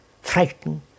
frightened